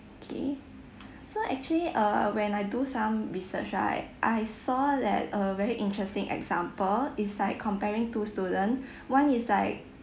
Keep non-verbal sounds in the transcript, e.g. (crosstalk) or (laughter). okay (breath) so actually err when I do some research right I saw that a very interesting example is like comparing two student (breath) one is like